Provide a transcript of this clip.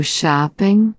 shopping